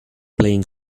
playing